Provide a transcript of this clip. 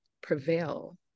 prevail